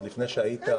עוד לפני שהיית,